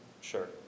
Sure